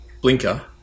Blinker